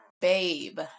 babe